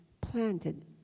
planted